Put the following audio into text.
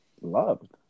loved